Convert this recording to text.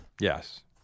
Yes